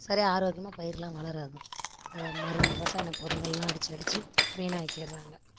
சரியாக ஆரோக்கியமாக பயிர்லாம் வளராது அந்த மருந்து ரசாயன பொருட்கள்லாம் அடித்து அடித்து வீணாக்கிடுறாங்க